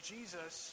Jesus